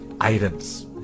items